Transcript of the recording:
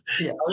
Yes